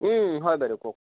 হয় বাইদেউ কওক